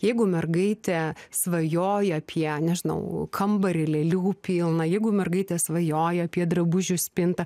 jeigu mergaitė svajoja apie nežinau kambarį lėlių pilna jeigu mergaitė svajoja apie drabužių spintą